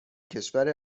کشور